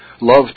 Love